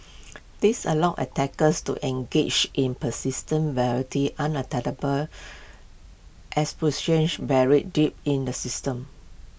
this allows attackers to engage in persistent variety espionage buried deep in the system